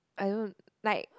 I don't like